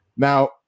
Now